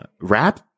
Rap